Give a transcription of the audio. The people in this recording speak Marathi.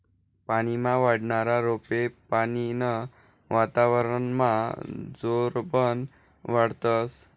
पानीमा वाढनारा रोपे पानीनं वातावरनमा जोरबन वाढतस